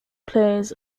plays